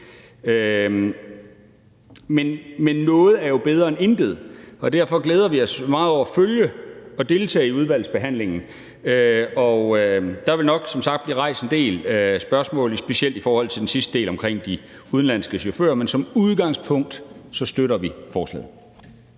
Men noget er jo bedre end intet, og derfor glæder vi os meget til at følge og deltage i udvalgsbehandlingen. Der vil som sagt nok blive rejst en del spørgsmål specielt i forhold til den sidste del om de udenlandske chauffører, men som udgangspunkt støtter vi forslaget.